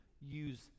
use